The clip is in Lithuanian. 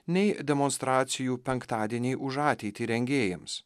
nei demonstracijų penktadieniai už ateitį rengėjams